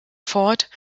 fort